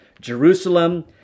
Jerusalem